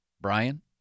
Brian